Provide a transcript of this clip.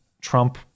Trump